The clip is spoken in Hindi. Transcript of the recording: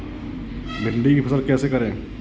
भिंडी की फसल कैसे करें?